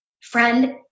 friend